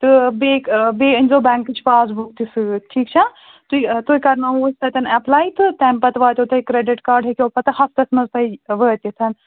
تہٕ بیٚیہِ کہِ بیٚیہِ أنۍزیٚو بٮ۪نٛکٕچ پاس بُک تہِ سۭتۍ ٹھیٖک چھا تُہۍ تُہۍ کرناوہو أسۍ تَتٮ۪ن ایٚپلاے تہٕ تَمہِ پَتہٕ واتٮ۪و تۄہہِ کرٛیڈِٹ کارڈ ہیٚکِو پَتہٕ ہَفتَس منٛز تۄہہِ وٲتِتھ